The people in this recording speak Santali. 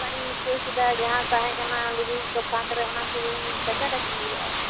ᱚᱲᱟᱜ ᱤᱧ ᱢᱩᱪᱷᱟᱹᱣ ᱠᱮᱫᱟ ᱡᱟᱦᱟᱸ ᱛᱟᱦᱮᱸ ᱠᱟᱱᱟ ᱞᱩᱜᱽᱲᱤ ᱠᱚ ᱯᱷᱟᱠᱨᱮ ᱚᱱᱟ ᱠᱩᱧ ᱠᱟᱪᱟ ᱠᱟᱹᱪᱤ ᱟᱠᱟᱜ ᱛᱚ